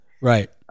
Right